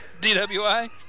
DWI